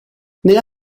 nella